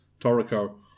Toriko